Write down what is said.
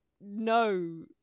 no